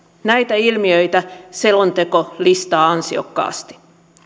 näitä ilmiöitä selonteko listaa ansiokkaasti